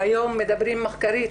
שהיום מדברים מחקרית,